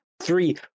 three